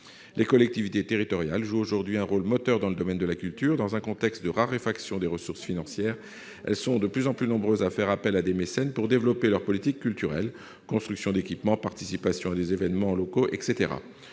Les collectivités territoriales jouent aujourd'hui un rôle moteur dans le domaine de la culture. Dans un contexte de raréfaction des ressources financières, elles sont de plus en plus nombreuses à faire appel à des mécènes pour développer leur politique culturelle : construction d'équipements, participation à des événements locaux, etc.